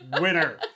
Winner